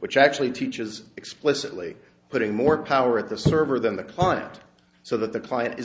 which actually teaches explicitly putting more power at the server than the client so that the client is